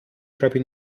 propri